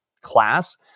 class